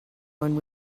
when